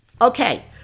Okay